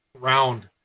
round